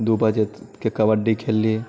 दू बजेकेँ कबड्डी खेलली